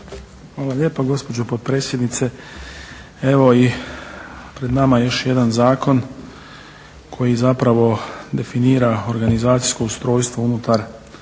Hvala lijepo gospođo potpredsjednice. Evo i pred nama je još jedan zakon koji definira organizacijsko ustrojstvo unutar Ministarstva